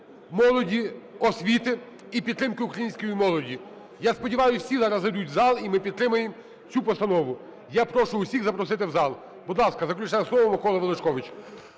молоді, освіти і підтримки української молоді. Я сподіваюся, всі зараз в зал, і ми підтримаємо цю постанову. Я прошу всіх запросити в зал. Будь ласка, заключне слово – Микола Величкович.